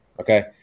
Okay